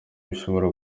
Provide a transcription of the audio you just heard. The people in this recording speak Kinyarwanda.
bishobora